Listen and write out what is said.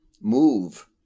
move